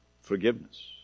forgiveness